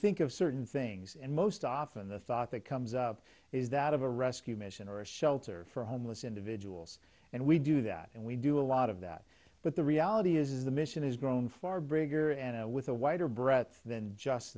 think of certain things and most often the thought that comes up is that of a rescue mission or a shelter for homeless individuals and we do that and we do a lot of that but the reality is the mission has grown far bigger and with a wider breath than just